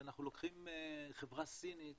כשאנחנו לוקחים חברה סינית